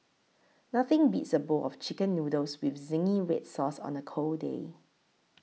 nothing beats a bowl of Chicken Noodles with Zingy Red Sauce on a cold day